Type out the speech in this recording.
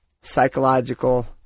psychological